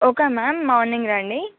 okay ma'am morning రండి